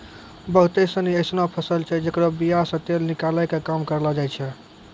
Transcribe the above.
बहुते सिनी एसनो फसल छै जेकरो बीया से तेल निकालै के काम करलो जाय छै